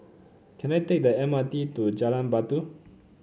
can I take the M R T to Jalan Batu